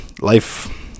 Life